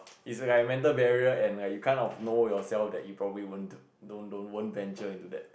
is like a mental barrier and like you kind of know yourself that you probably won't d~ don't won't venture into that